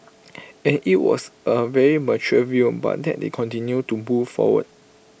and IT was A very mature view but that they continue to move forward